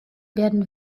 werden